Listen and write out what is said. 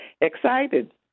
excited